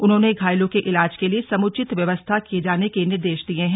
उन्होंने घायलों के ईलाज के लिए समुचित व्यवस्था किए जाने के निर्देश दिये हैं